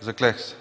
Заклех се!”